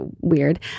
weird